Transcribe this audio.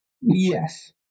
yes